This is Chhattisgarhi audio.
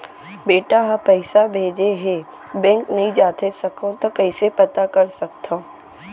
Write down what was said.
बेटा ह पइसा भेजे हे बैंक नई जाथे सकंव त कइसे पता कर सकथव?